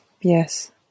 Yes